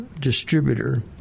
distributor